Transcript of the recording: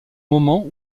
moment